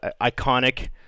iconic